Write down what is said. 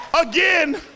again